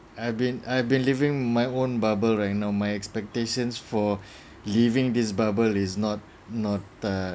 I've been I've been living my own bubble right now my expectations for leaving this bubble is not not uh